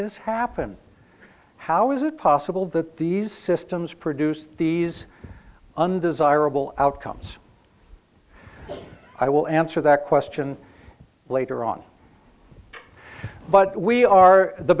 this happen how is it possible that these systems produce these undesirable outcomes i will answer that question later on but we are the